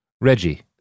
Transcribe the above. Reggie